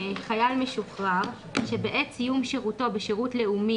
חייל משוחרר שבעת סיום שירותו בשירות לאומי